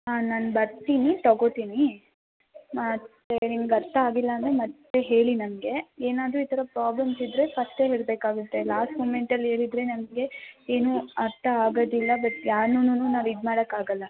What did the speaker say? ಹಾಂ ನಾನು ಬರ್ತೀನಿ ತಗೋತೀನಿ ಮತ್ತು ನಿಮ್ಗೆ ಅರ್ಥ ಆಗಿಲ್ಲ ಅಂದರೆ ಮತ್ತು ಹೇಳಿ ನನಗೆ ಏನಾದರೂ ಈ ಥರ ಪ್ರಾಬ್ಲಮ್ಸ್ ಇದ್ದರೆ ಫಸ್ಟೆ ಹೇಳಬೇಕಾಗುತ್ತೆ ಲಾಸ್ಟ್ ಮುಮೆಂಟಲ್ಲಿ ಹೇಳಿದ್ರೆ ನನಗೆ ಏನೂ ಅರ್ಥ ಆಗೋದಿಲ್ಲ ಬಟ್ ಯಾರ್ನುನು ನಾವು ಇದು ಮಾಡೋಕ್ಕಾಗಲ್ಲ